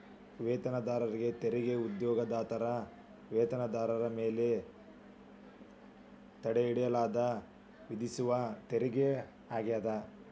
ವೇತನದಾರರ ತೆರಿಗೆ ಉದ್ಯೋಗದಾತರ ವೇತನದಾರರ ಮೇಲೆ ತಡೆಹಿಡಿಯಲಾದ ವಿಧಿಸುವ ತೆರಿಗೆ ಆಗ್ಯಾದ